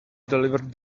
delivered